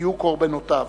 יהיו קורבנותיו.